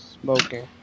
smoking